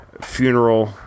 funeral